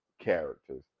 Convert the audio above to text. characters